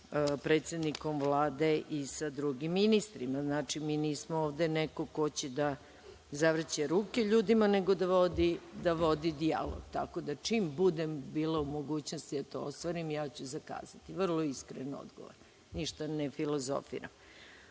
predsednikom Vlade i sa drugim ministrima. Znači, mi nismo ovde neko ko će da zavrće ruke ljudima, nego da vodi dijalog. Tako da čim budem bila u mogućnosti da to ostvarim, ja ću zakazati. Vrlo iskren odgovor, ništa ne filozofiram.(Vojislav